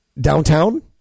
downtown